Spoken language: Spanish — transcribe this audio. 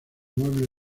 muebles